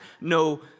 no